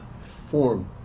form